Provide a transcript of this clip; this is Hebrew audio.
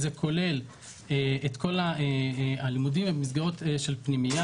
זה שבפועל הדיינים בממלכתי,